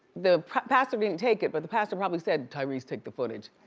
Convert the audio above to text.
the pastor didn't take it, but the pastor probably said, tyrese, take the footage.